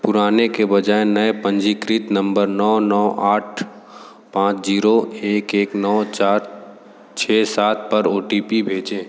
पुराने के बजाय नए पंजीकृत नम्बर नौ नौ आठ पाँच ज़ीरो एक एक नौ चार छः सात पर ओ टी पी भेजें